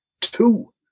two